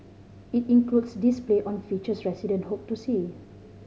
it includes display on features resident hope to see